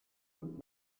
und